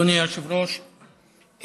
אדוני היושב-ראש,